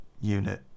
unit